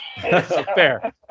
Fair